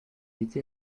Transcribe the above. été